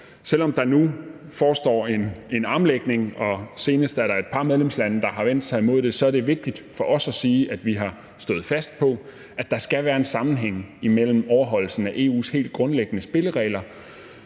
selv om der nu forestår en armlægning – og senest er der et par medlemslande, der har vendt sig imod det – er det vigtigt for os at sige, at vi har stået fast på, at der skal være en sammenhæng mellem overholdelsen af EU's helt grundlæggende spilleregler